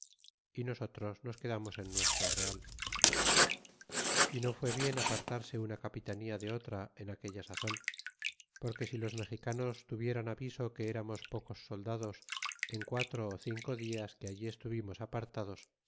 y nosotros nos quedamos en nuestro real y no fue bien apartarse una capitanía de otra en aquella sazon porque si los mexicanos tuvieran aviso que eramos pocos soldados en quatro ó cinco dias que allí estuvimos apartados